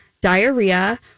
diarrhea